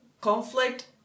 conflict